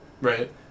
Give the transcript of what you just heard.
Right